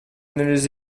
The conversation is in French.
les